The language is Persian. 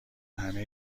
همه